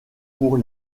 pour